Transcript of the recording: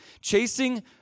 Chasing